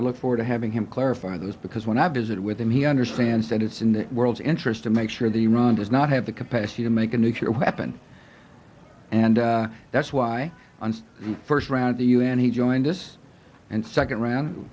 i look forward to having him clarify those because when i visit with him he understands that it's in the world's interest to make sure that iran does not have the capacity to make a nuclear weapon and that's why on the first round the un he joined us and second